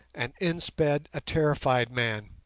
and in sped a terrified man.